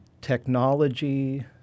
technology